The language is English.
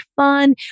fun